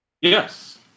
Yes